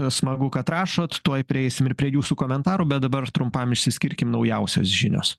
na smagu kad rašot tuoj prieisim ir prie jūsų komentarų bet dabar trumpam išsiskirkim naujausios žinios